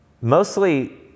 mostly